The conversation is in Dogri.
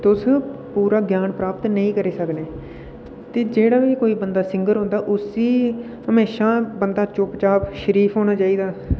तुस पूरा ग्यान प्राप्त नेईं करी सकने ते जेह्ड़ा बी कोई बंदां सिंगर होंदा उसी हमेशा बंदा चुप्प चाप शरिफ होना चाहिदा